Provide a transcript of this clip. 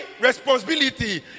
responsibility